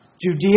Judea